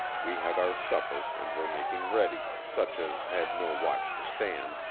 we had our supper and were making ready, such as had no watch to stand,